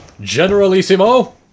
Generalissimo